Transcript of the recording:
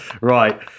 right